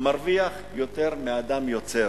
מרוויח יותר מאדם יוצר.